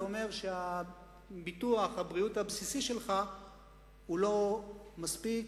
זה אומר שביטוח הבריאות הבסיסי שלך הוא לא מספיק,